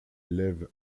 lev